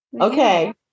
Okay